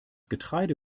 getreide